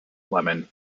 lemon